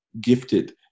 gifted